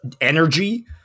energy